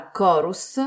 Chorus